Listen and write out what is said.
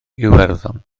iwerddon